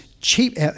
cheap